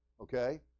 Okay